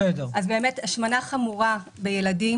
רואים השמנה חמורה בילדים.